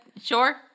Sure